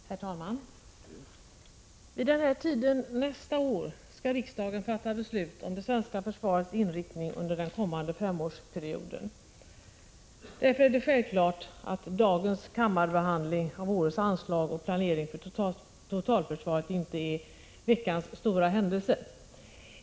Herr talman! Vid den här tiden nästa år skall riksdagen fatta beslut om det svenska försvarets inriktning under den kommande femårsperioden. Därför är det självklart, att dagens kammarbehandling av årets anslag och planering för totalförsvaret inte är veckans stora händelse.